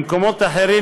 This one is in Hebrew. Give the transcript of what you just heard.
במקומות אחרים,